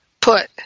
put